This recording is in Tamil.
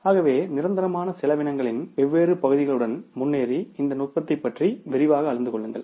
ஆகவே நிரந்தரமான செலவினகளின் வெவ்வேறு பகுதிகளுடன் முன்னேறி இந்த நுட்பத்தைப் பற்றி விரிவாக அறிந்து கொள்ளுங்கள்